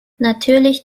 natürlich